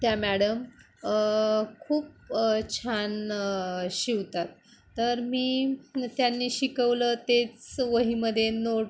त्या मॅडम खूप छान शिवतात तर मी त्यांनी शिकवलं तेच वहीमध्ये नोट